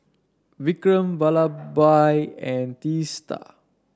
Vikram Vallabhbhai and Teesta